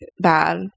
bad